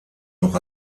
noch